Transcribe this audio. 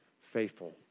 faithful